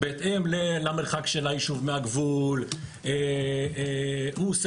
בהתאם למרחק של היישוב מהגבול הוא עושה